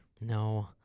No